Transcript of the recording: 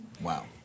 Wow